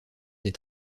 des